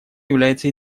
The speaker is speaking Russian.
является